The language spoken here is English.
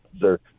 sir